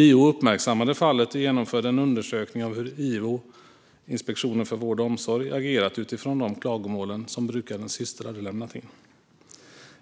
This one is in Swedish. JO uppmärksammade fallet och genomförde en undersökning av hur Ivo, Inspektionen för vård och omsorg, agerat utifrån de klagomål som brukarens syster lämnat in.